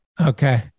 Okay